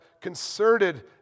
concerted